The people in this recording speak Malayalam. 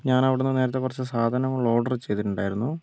ഞാന് അവിടുന്ന് നേരത്തെ കുറച്ച് സാധനങ്ങള് ഓര്ഡര് ചെയ്തിട്ടുണ്ടായിരുന്നു